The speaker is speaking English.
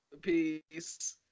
Peace